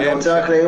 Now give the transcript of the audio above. אני עורך דין